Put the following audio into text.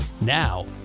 Now